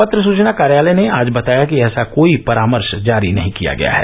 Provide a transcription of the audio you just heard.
पत्र सुचना कार्यालय ने आज बताया कि ऐसा कोई परामर्श जारी नहीं किया गया है